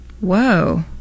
Whoa